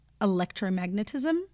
electromagnetism